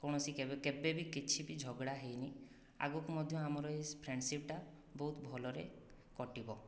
କୌଣସି କେବେ କେବେ ବି କିଛି ବି ଝଗଡ଼ା ହୋଇନାହିଁ ଆଗକୁ ମଧ୍ୟ ଆମର ଏଇ ଫ୍ରେଣ୍ଡ୍ଶିପ୍ଟା ବହୁତ ଭଲରେ କଟିବ